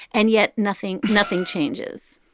and yet nothing nothing changes